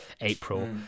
April